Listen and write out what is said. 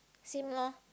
same lor